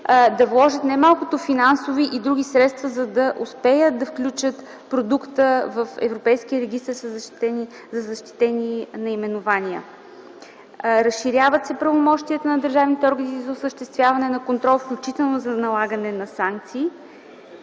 да вложат немалко финансови и други средства, за да успеят да включат продукта в европейския регистър за защитени наименования. Разширяват се правомощията на държавните органи за осъществяване на контрол, включително за налагане на санкции.